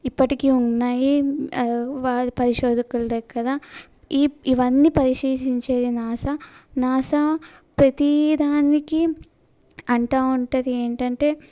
ఇప్పటికీ ఉన్నాయి వారి పరిశోధకుల దగ్గర ఇ ఇవన్నీ పరిశీలించేది నాసా నాసా ప్రతీ దానికి అంటూ ఉంటుంది ఏంటంటే